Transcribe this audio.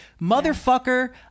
Motherfucker